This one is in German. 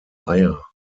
eier